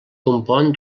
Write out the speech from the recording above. compon